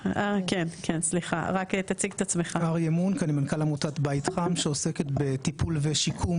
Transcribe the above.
אני מנכ"ל עמותת בית חם שעוסקת בטיפול ושיקום